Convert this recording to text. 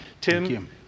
Tim